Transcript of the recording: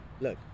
look